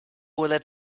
let